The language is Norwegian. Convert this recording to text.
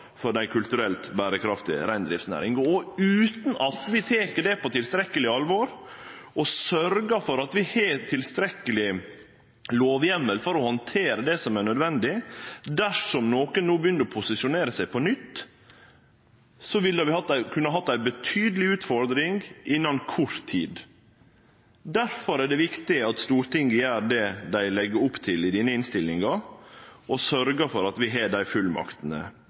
for ei kulturelt berekraftig reindriftsnæring. Utan at vi tek det på tilstrekkeleg alvor, og sørgjer for at vi har tilstrekkeleg lovheimel for å handtere det som er nødvendig, dersom nokon no begynner å posisjonere seg på nytt, ville vi kunne hatt ei betydeleg utfordring innan kort tid. Difor er det viktig at Stortinget gjer det dei legg opp til i denne innstillinga, og sørgjer for at vi har dei fullmaktene